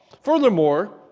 Furthermore